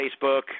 Facebook